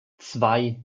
zwei